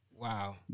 Wow